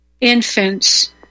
infants